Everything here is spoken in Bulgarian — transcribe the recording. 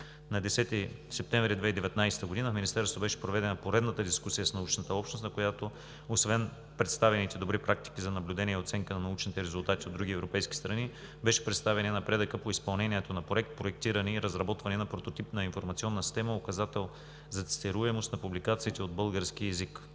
На 10 септември 2019 г. в Министерството беше проведена поредната дискусия с научната общност, на която освен представените добри практики за наблюдение и оценка на научните резултати от други европейски страни, беше представен и напредъкът по изпълнението на Проект „Проектиране и разработване на прототипна информационна система“ – Указател за цитируемост на публикациите от български език,